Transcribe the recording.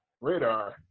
Radar